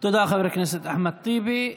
תודה, חבר הכנסת אחמד טיבי.